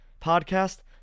podcast